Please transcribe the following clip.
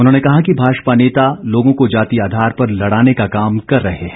उन्होंने कहा कि भाजपा नेता लोगों को जाति आधार पर लड़ाने का काम कर रहे हैं